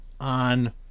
on